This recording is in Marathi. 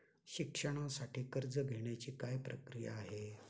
शिक्षणासाठी कर्ज घेण्याची काय प्रक्रिया आहे?